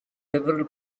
several